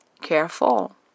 Careful